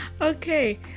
okay